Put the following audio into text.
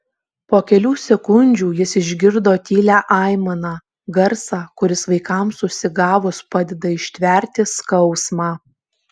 po kelių sekundžių jis išgirdo tylią aimaną garsą kuris vaikams užsigavus padeda ištverti skausmą